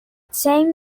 same